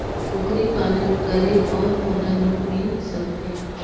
कूकरी पालन करे कौन मोला लोन मिल सकथे?